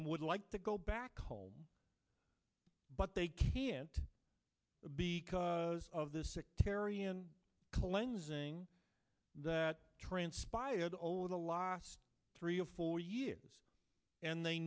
them would like to go back home but they can't be cause of the sectarian cleansing that transpired over the last three or four years and they